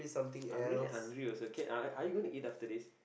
I'm hungry also can uh are you gonna eat after this